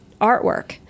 artwork